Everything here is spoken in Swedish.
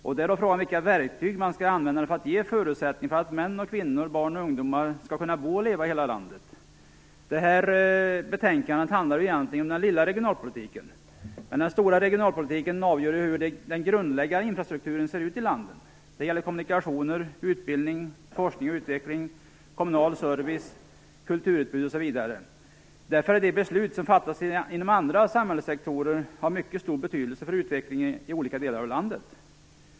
Då är frågan vilka verktyg man skall använda för att ge förutsättning för att män, kvinnor, barn och ungdomar skall kunna bo och leva i hela landet. Det här betänkandet handlar egentligen om den "lilla" regionalpolitiken, men den "stora" regionalpolitiken avgör hur den grundläggande infrastrukturen ser ut i landet. Det gäller kommunikationer, utbildning, forskning och utveckling, kommunal service, kulturutbud osv. Därför har de beslut som fattas inom andra samhällssektorer mycket stor betydelse för utvecklingen i olika delar av landet.